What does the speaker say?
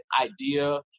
idea